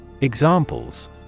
Examples